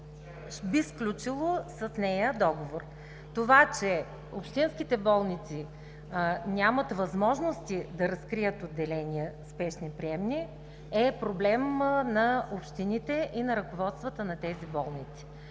би сключило договор с нея. Това, че общинските болници нямат възможности да разкрият спешни приемни отделения, е проблем на общините и на ръководствата на тези болници.